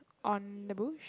on the bush